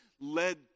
led